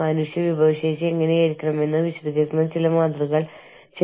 അന്താരാഷ്ട്ര വികസന അസൈൻമെന്റുകൾ ഉറപ്പാക്കുക